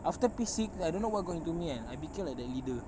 after P six I don't know what got into me kan I became like the leader